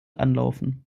anlaufen